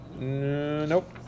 Nope